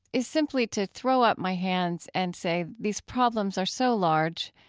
is simply to throw up my hands and say, these problems are so large,